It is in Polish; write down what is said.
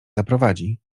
zaprowadzi